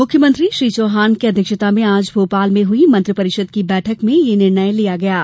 मुख्यमंत्री श्री चौहान की अध्यक्षता में आज भोपाल हुई मंत्रिपरिषद की बैठक में यह निर्णय लिए गए हैं